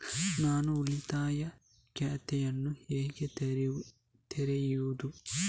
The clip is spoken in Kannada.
ನಾನು ಉಳಿತಾಯ ಖಾತೆಯನ್ನು ಹೇಗೆ ತೆರೆಯುದು?